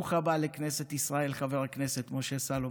ברוך הבא לכנסת ישראל, חבר הכנסת משה סולומון.